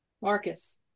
Marcus